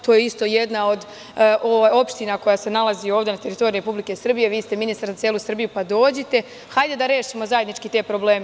To je isto jedna od opština koja se nalazi ovde na teritoriji Republike Srbije, vi ste ministar za celu Srbiju, pa dođite, hajde da rešimo zajednički te probleme.